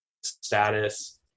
status